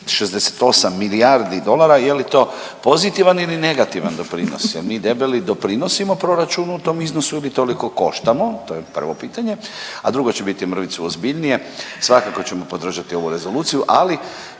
68 milijardi dolara je li to pozitivan ili negativan doprinos. Je li mi debeli doprinosimo proračunu u tom iznosu ili toliko koštamo? To je prvo pitanje, a drugo će biti mrvicu ozbiljnije. Svakako ćemo podržati ovu rezoluciju, ali